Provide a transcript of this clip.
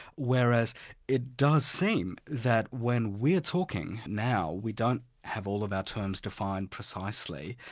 whereas it does seem that when we're talking now, we don't have all of our terms defined precisely,